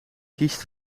kiest